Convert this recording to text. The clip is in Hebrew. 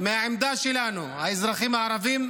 האזרחים הערבים,